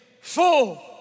full